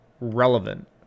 relevant